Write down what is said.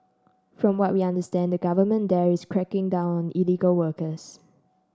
from what we understand the government there is cracking down illegal workers